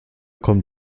kommt